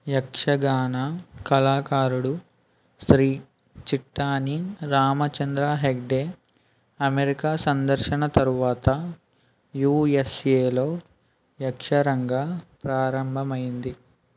యక్షగాన కళాకారుడు శ్రీ చిట్టాణి రామచంద్ర హెగ్డే అమెరికా సందర్శన తర్వాత యూఎస్ఏలో యక్షరంగా ప్రారంభమైంది